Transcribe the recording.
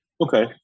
Okay